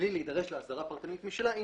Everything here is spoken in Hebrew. מבלי להידרש לאסדרה פרטנית משלה אם